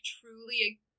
truly